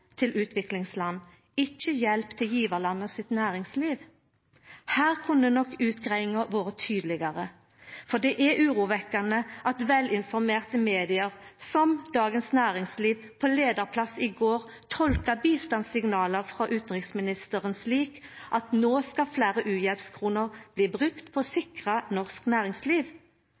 utviklingsland, ikkje til hjelp for næringslivet i gjevarlandet. Her kunne nok utgreiinga vore tydelegare, for det er urovekkjande at velinformerte media, som Dagens Næringsliv på leiarplass i går, tolkar bistandssignal frå utanriksministeren slik at fleire uhjelpskroner no skal bli brukte til å sikra norsk næringsliv.